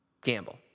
gamble